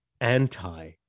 anti